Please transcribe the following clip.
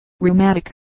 rheumatic